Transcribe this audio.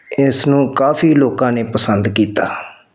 ਇਸ ਨੂੰ ਕਾਫੀ ਲੋਕਾਂ ਨੇ ਪਸੰਦ ਕੀਤਾ